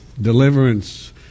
Deliverance